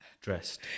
Dressed